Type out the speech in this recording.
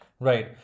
Right